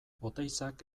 oteizak